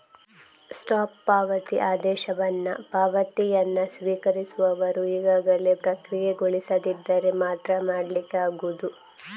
stop ಪಾವತಿ ಆದೇಶವನ್ನ ಪಾವತಿಯನ್ನ ಸ್ವೀಕರಿಸುವವರು ಈಗಾಗಲೇ ಪ್ರಕ್ರಿಯೆಗೊಳಿಸದಿದ್ದರೆ ಮಾತ್ರ ಮಾಡ್ಲಿಕ್ಕೆ ಆಗುದು